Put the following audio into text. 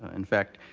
in fact,